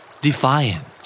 Defiant